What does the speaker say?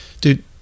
Dude